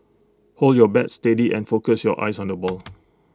hold your bat steady and focus your eyes on the ball